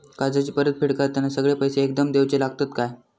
कर्जाची परत फेड करताना सगळे पैसे एकदम देवचे लागतत काय?